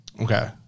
okay